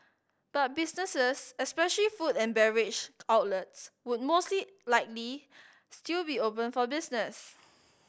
but businesses especially food and beverage outlets would mostly likely still be open for business